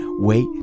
Wait